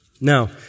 Now